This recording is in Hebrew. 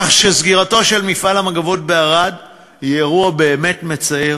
כך שסגירתו של מפעל המגבות בערד היא אירוע באמת מצער,